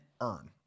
earn